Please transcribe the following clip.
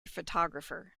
photographer